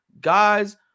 guys –